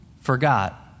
forgot